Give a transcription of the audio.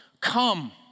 Come